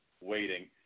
waiting